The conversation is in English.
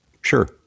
Sure